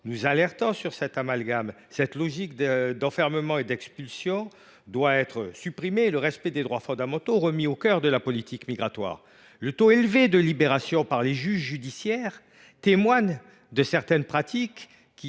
vous alertons. Il convient de revenir sur cette logique d’enfermement et d’expulsion et de remettre le respect des droits fondamentaux au cœur de la politique migratoire. Le taux élevé de libération par les juges judiciaires témoigne de certaines pratiques